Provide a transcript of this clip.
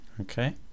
Okay